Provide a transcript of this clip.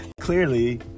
Clearly